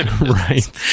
Right